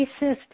racist